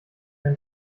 ein